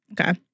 Okay